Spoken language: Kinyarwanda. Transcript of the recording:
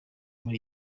muri